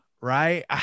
right